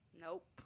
Nope